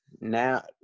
now